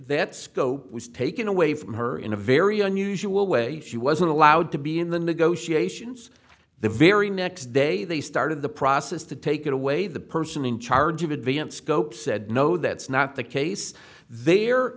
was taken away from her in a very unusual way she wasn't allowed to be in the negotiations the very next day they started the process to take it away the person in charge of advanced scope said no that's not the case the